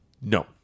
No